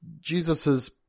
jesus's